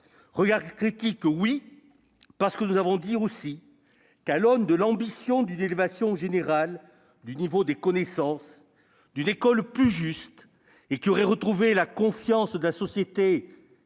regard a été critique, parce que nous avons aussi indiqué que, à l'aune de l'ambition d'une élévation générale du niveau des connaissances, d'une école plus juste, qui aurait retrouvé la confiance de la société et